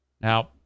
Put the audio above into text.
Now